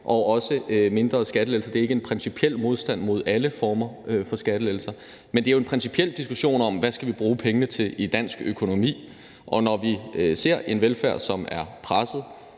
og også i mindre skattelettelser. Det er jo ikke en principiel modstand mod alle former for skattelettelser. Men det er en principiel diskussion om, hvad vi skal bruge pengene til i dansk økonomi, og når vi ser en velfærd, som er presset